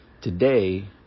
today